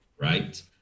right